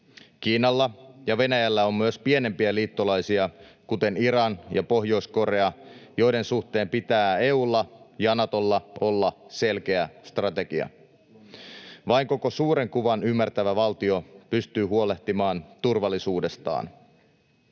Kiinalla ja Venäjällä on myös pienempiä liittolaisia, kuten Iran ja Pohjois-Korea, joiden suhteen pitää EU:lla ja Natolla olla selkeä strategia. Vain koko suuren kuvan ymmärtävä valtio pystyy huolehtimaan turvallisuudestaan.